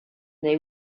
they